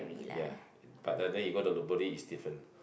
ya but the then you go to Lopburi is different